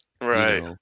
Right